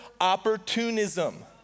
opportunism